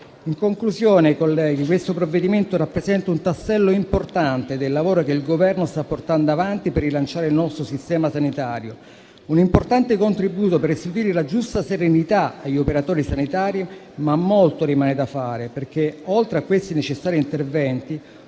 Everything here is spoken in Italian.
In conclusione, colleghi, questo provvedimento rappresenta un tassello importante del lavoro che il Governo sta portando avanti per rilanciare il nostro sistema sanitario, un importante contributo per restituire la giusta serenità agli operatori sanitari, ma molto rimane da fare, perché, oltre a questi necessari interventi,